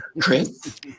Chris